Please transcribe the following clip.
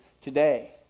today